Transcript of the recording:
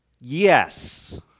yes